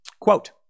Quote